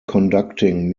conducting